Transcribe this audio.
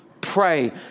pray